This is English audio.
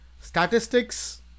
statistics